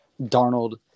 Darnold